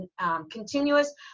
continuous